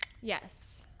Yes